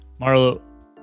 Marlo